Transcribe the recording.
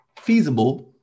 feasible